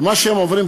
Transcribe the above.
ומה שהם עוברים,